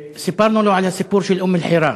וסיפרנו לו את הסיפור של אום-אלחיראן,